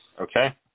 okay